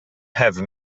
have